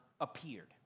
appeared